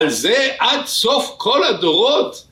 על זה עד סוף כל הדורות